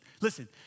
listen